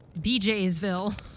BJsville